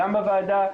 גם בוועדה.